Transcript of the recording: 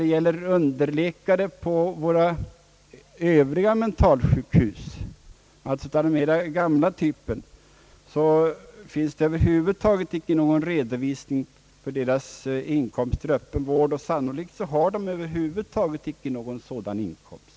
För en underläkare på mentalsjukhus av den gamla typen finns det över huvud taget inte någon redovisning för inkomster från öppen vård. Sannolikt har de inte någon sådan inkomst.